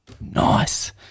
nice